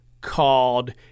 called